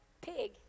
pig